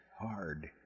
hard